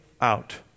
out